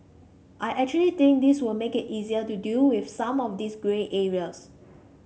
I actually think this will make it easier to deal with some of these grey areas